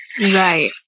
Right